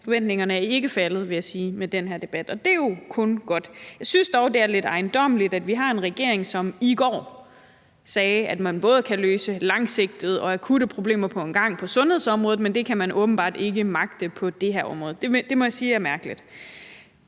Forventningerne er ikke faldet, vil jeg sige, med den her debat, og det er jo kun godt. Jeg synes dog, det er lidt ejendommeligt, at vi har en regering, som i går sagde, at man både kan løse langsigtede og akutte problemer på en gang på sundhedsområdet, men det kan man åbenbart ikke magte på det her område. Det må jeg sige er mærkeligt.